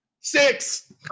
Six